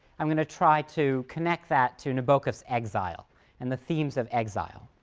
i'm going to try to connect that to nabokov's exile and the themes of exile.